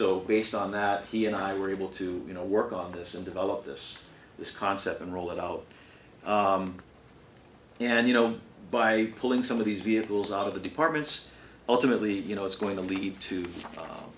so based on that he and i were able to you know work on this and develop this this concept and roll it out and you know by pulling some of these vehicles out of the departments ultimately you know it's going to lead to